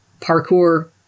parkour